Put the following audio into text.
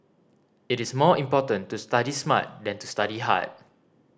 it is more important to study smart than to study hard